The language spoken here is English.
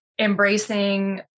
embracing